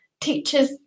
teachers